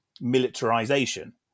militarization